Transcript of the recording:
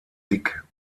dick